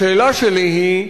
השאלה שלי היא,